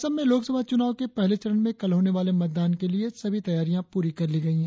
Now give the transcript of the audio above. असम में लोकसभा चुनाव के पहले चरण में कल होने वाले मतदान के लिए सभी तैयारियों पूरी कर ली गई हैं